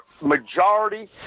majority